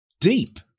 deep